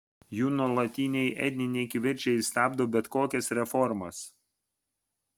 jų nuolatiniai etniniai kivirčai stabdo bet kokias reformas